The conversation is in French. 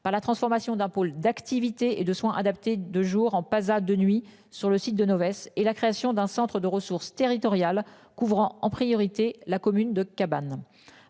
par la transformation d'un pôle d'activité et de soins adaptés de jour en pas à de nuit sur le site de mauvaise et la création d'un centre de ressources territoriales couvrant en priorité la commune de cabane.